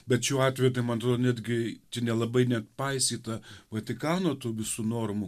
bet šiuo atveju tai man atrodo netgi nelabai nepaisyta vatikano tų visų normų